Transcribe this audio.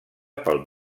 pel